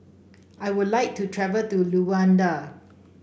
I would like to travel to Luanda